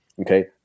Okay